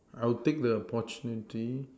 I will take the opportunity